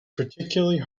particularly